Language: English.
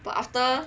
but after